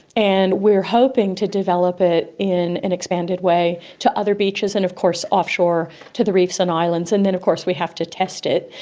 and we are hoping to develop it in an expanded way to other beaches, and of course offshore to the reefs and islands. and then of course we have to test it,